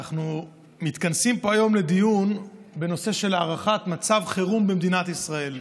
אנחנו מתכנסים פה היום לדיון בנושא של הארכת מצב חירום במדינת ישראל.